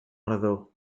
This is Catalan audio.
ardor